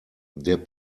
der